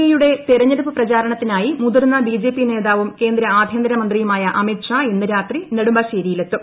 A യുടെ തെരഞ്ഞെടുപ്പു പ്രചരണത്തിനായി മുതിർന്ന ബിജെപി നേതാവും കേന്ദ്ര ആഭ്യന്തരമന്ത്രിയുമായ അമിത് ഷാ ഇന്ന് രാത്രി നെടുമ്പാശ്ശേരിയിലെത്തും